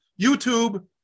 youtube